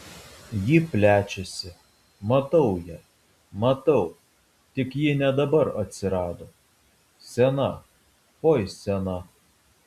ji plečiasi matau ją matau tik ji ne dabar atsirado sena oi sena